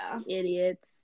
Idiots